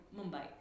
mumbai